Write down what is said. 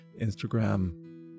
Instagram